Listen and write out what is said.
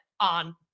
on